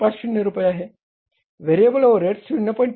50 रुपये आहे variable overheads 0